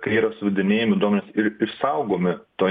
kai yra suvedinėjami duomenys ir išsaugomi toj